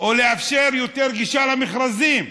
או לאפשר יותר גישה למכרזים.